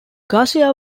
garcia